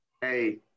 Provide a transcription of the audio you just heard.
Hey